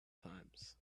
times